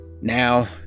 Now